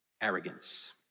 arrogance